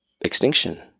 extinction